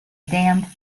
damned